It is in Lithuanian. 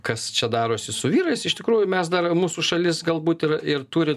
kas čia darosi su vyrais iš tikrųjų mes dar mūsų šalis galbūt ir ir turi